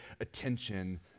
attention